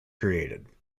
created